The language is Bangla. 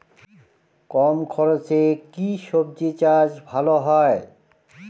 কম খরচে কি সবজি চাষ ভালো হয়?